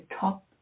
top